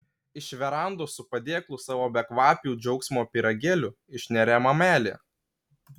iš verandos su padėklu savo bekvapių džiaugsmo pyragėlių išneria mamelė